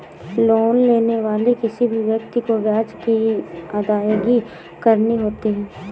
loan लेने वाले किसी भी व्यक्ति को ब्याज की अदायगी करनी होती है